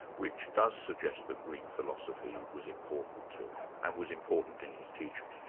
which does suggest that greek philosophy was important to him, and was important in his teaching.